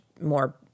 more